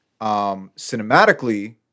cinematically